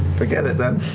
forget it, then.